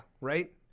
right